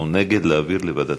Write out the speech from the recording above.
ומי נגד להעביר לוועדת